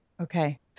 okay